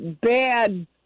bad